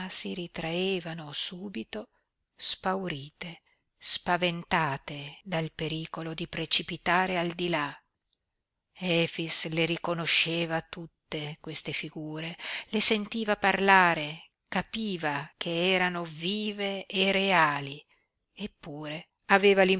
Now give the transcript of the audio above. si ritraevano subito spaurite spaventate dal pericolo di precipitare al di là efix le riconosceva tutte queste figure le sentiva parlare capiva che erano vive e reali eppure aveva